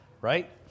Right